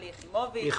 שלי יחימוביץ.